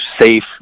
safe